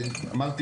כמו שכבר אמרתי,